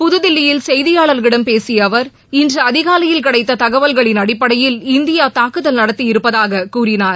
புதுதில்லியில் செய்திபாளர்களிடம் பேசிய அவர் இன்று அதிகாலையில் கிடைத்த தகவல்களின் அடிப்படையில் இந்தியா தாக்குதல் நடத்தியிருப்பதாக அவர் கூறினார்